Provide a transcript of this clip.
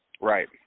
Right